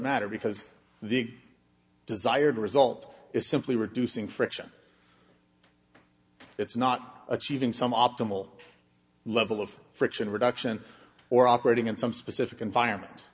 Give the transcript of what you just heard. matter because the desired result is simply reducing friction it's not achieving some optimal level of friction reduction or operating in some specific environment